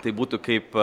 tai būtų kaip